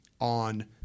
on